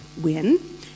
win